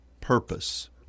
purpose